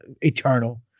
Eternal